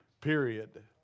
period